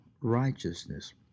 righteousness